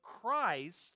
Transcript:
Christ